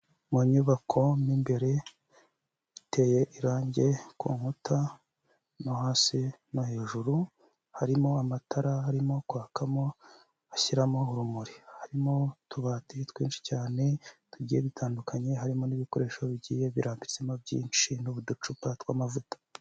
Mu nyubako mo imbere iteye irange ku nkuta no hasi no hejuru, harimo amatara arimo kwakamo ashyiramo urumuri, harimo utubati twinshi cyane tugiye dutandukanye harimo n'ibikoresho bigiye birambitsemo byinshi n'uducupa tw'amavuta.